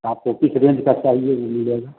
आपको किस रेंज का चाहिए वो मिल जाएगा